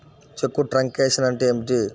చెక్కు truncation అంటే ఏమిటి?